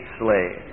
slave